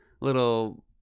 little